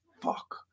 fuck